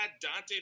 Dante